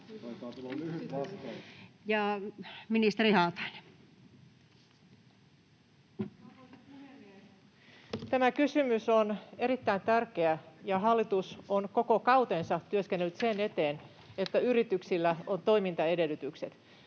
Arvoisa puhemies! Tämä kysymys on erittäin tärkeä, ja hallitus on koko kautensa työskennellyt sen eteen, että yrityksillä on toimintaedellytykset.